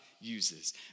uses